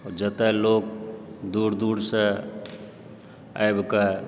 आओर जतय लोक दूर दूरसँ आबिकऽ